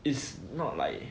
it's not like